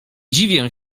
dziwię